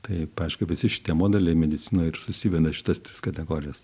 taip aišku visi šitie modeliai medicinoj ir susiveda į šitas tris kategorijas